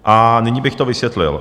A nyní bych to vysvětlil.